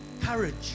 Courage